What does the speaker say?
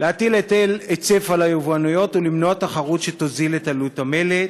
להטיל היטל היצף על היבואניות ולמנוע תחרות שתוזיל את המלט.